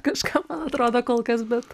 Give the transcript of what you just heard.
kažkam man atrodo kol kas bet